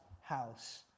house